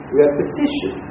repetition